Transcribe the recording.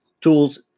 tools